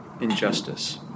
injustice